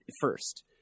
first